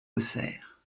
auxerre